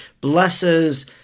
blesses